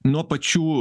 nuo pačių